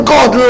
God